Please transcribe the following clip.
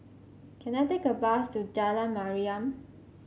can I take a bus to Jalan Mariam